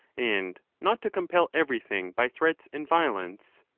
and not to compel everything by threats and violence.